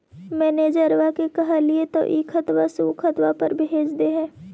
मैनेजरवा के कहलिऐ तौ ई खतवा से ऊ खातवा पर भेज देहै?